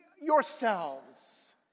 yourselves